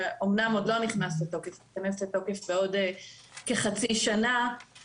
שאמנם עוד לא נכנס לתוקף אלא ייכנס לתוקף בעוד כחצי שנה,